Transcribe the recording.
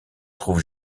trouve